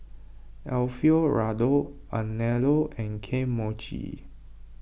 Alfio Raldo Anello and Kane Mochi